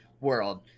world